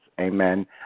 Amen